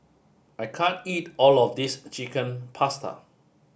I can't eat all of this Chicken Pasta